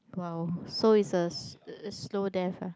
!wow! so is a slow death ah